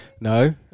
No